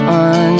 on